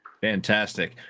Fantastic